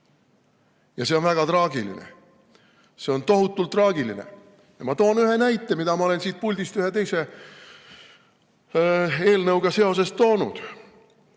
Ja see on väga traagiline, see on tohutult traagiline. Ma toon ühe näite, mida ma olen siit puldist ühe teise eelnõuga seoses toonud.